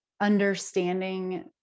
understanding